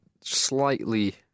slightly